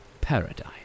paradise